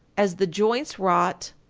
as the joints rot,